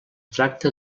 tracta